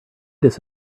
this